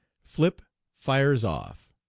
frip fires off.